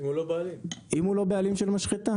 אם הוא לא בעלים של משחטה.